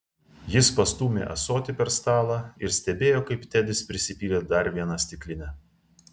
jis pastūmė ąsotį per stalą ir stebėjo kaip tedis prisipylė dar vieną stiklinę